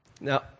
Now